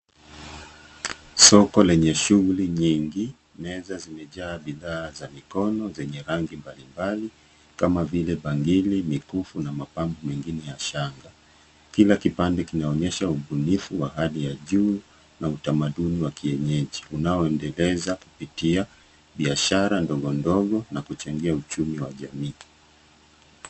Soko lenye shughuli nyingi. Meza zimejaa bidhaa za mikono zenye rangi mbalimbali kama vile bangili, mikufu na mapambo mengine ya shanga. Kila kipande kinaonyesha ubunifu wa hali ya juu na utamaduni wa kienyeji, unaoendeleza kupitia biashara ndogo ndogo na kujengea uchumi wa jamii.